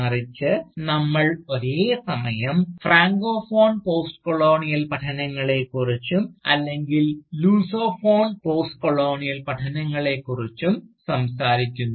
മറിച്ച് നമ്മൾ ഒരേസമയം ഫ്രാങ്കോഫോൺ പോസ്റ്റ്കോളോണിയൽ പഠനങ്ങളെക്കുറിച്ചും അല്ലെങ്കിൽ ലുസോഫോൺ പോസ്റ്റ്കൊളോണിയൽ പഠനങ്ങളെക്കുറിച്ചും സംസാരിക്കുന്നു